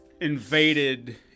invaded